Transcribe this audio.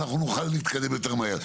אנחנו נוכל להתקדם יותר מהר.